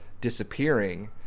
disappearing